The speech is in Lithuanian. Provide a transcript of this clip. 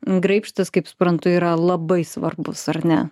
graibštus kaip suprantu yra labai svarbus ar ne